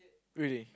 really